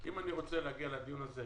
אם אני רוצה להגיע לתכלית בדיון הזה,